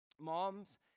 moms